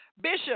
Bishop